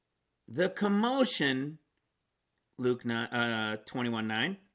the commotion luke nine, ah twenty one nine